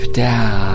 down